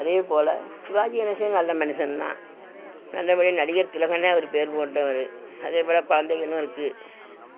அதே போல் சிவாஜி கணேசனும் நல்ல மனுஷன் தான் நல்லபடியாக நடிகர் திலகந்தான் பேர் போட்டவர் அதே போல் கொழந்தைகளும் இருக்குது